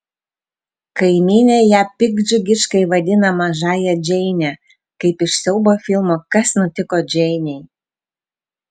kaimynė ją piktdžiugiškai vadina mažąja džeine kaip iš siaubo filmo kas nutiko džeinei